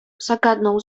zagadnął